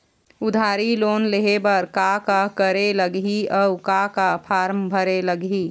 उधारी लोन लेहे बर का का करे लगही अऊ का का फार्म भरे लगही?